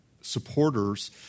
supporters